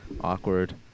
awkward